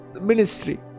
ministry